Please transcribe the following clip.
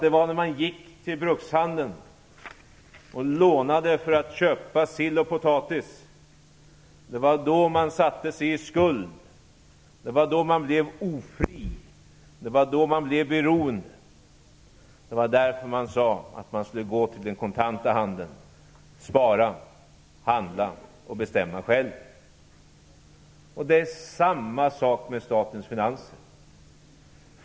Det var när man gick till brukshandeln och lånade för att köpa sill och potatis som man satte sig i skuld och blev ofri och beroende. Det var därför man skulle gå till den handel som tog betalt kontant. Spara, handla och bestämma själv. Det är samma sak med statens finanser.